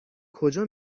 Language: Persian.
کجا